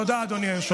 תודה, אדוני היושב-ראש.